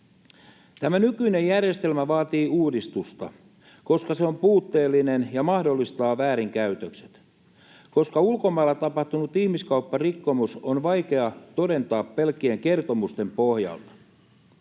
Tämä nykyinen järjestelmä vaatii uudistusta, koska se on puutteellinen ja mahdollistaa väärinkäytökset, koska ulkomailla tapahtunut ihmiskaupparikkomus on vaikea todentaa pelkkien kertomusten pohjalta.